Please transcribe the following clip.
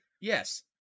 Yes